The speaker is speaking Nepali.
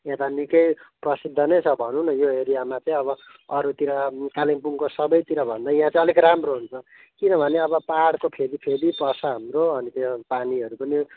यता निकै प्रसिद्ध नै छ भनौँ यो एरियामा चाहिँ अब अरूतिर कालिम्पोङको सबैतिर भन्दा यहाँ चाहिँ अलिक राम्रो हुन्छ किनभने अब पाहाडको फेदी फेदी पर्छ हाम्रो अनि त्यहाँ पानीहरू पनि